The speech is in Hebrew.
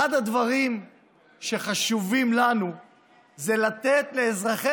אחד הדברים שחשובים לנו זה לתת לאזרחי